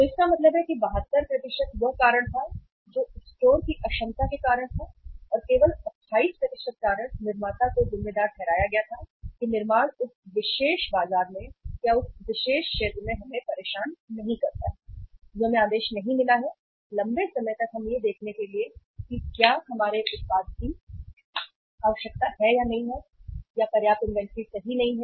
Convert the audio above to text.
तो इसका मतलब है कि 72 वह कारण था जो स्टोर के स्टोर स्तर की अक्षमता के कारण था और केवल 28 कारण निर्माता को जिम्मेदार ठहराया गया था कि निर्माण उस विशेष बाजार में या उस विशेष क्षेत्र में हमें परेशान नहीं करता है जो हमें आदेश नहीं मिला है लंबे समय तक हमें यह देखने के लिए कि क्या हमारे उत्पाद की आवश्यकता है या नहीं या पर्याप्त इन्वेंट्री सही नहीं है